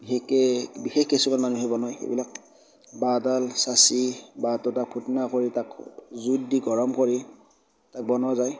বিশেষকৈ বিশেষ কিছুমান মানুহে বনায় এইবিলাক বাঁহ ডাল চাচি বাহটোডাল ফুটা কৰি তাক জুইত দি গৰম কৰি তাক বনোৱা যায়